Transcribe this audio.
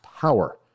power